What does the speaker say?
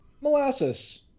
Molasses